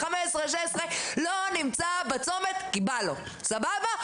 15 או 16 לא נמצא בצומת כי בא לו סבבה?